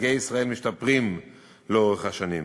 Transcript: הישגי ישראל משתפרים לאורך השנים,